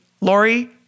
Lori